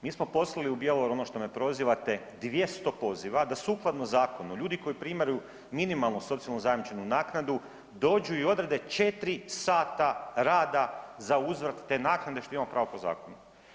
Mi smo poslali u Bjelovaru ono što me prozivate 200 poziva da sukladno zakonu ljudi koji primaju minimalnu socijalno zajamčenu naknadu dođu i odrade četiri sata rada za uzvrat te naknade što ima pravo po zakonu.